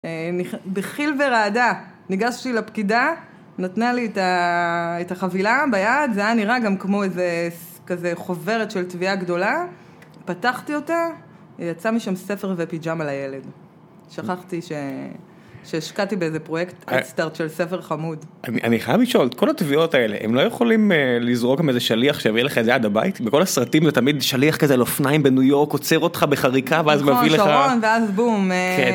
בחיל ורעדה ניגשתי לפקידה, נתנה לי את החבילה ביד, זה היה נראה גם כמו איזה כזה חוברת של תביעה גדולה, פתחתי אותה - ויצא משם ספר ופיג'מה על הילד. שכחתי שהשקעתי באיזה פרויקט הד סטארט של ספר חמוד. אני חייב לשאול: את כל התביעות האלה הם לא יכולים לזרוק איזה שליח שיביא לך את זה עד הבית? בכל הסרטים זה תמיד שליח כזה על אופניים בניו יורק עוצר אותך בחריקה ואז מביא לך...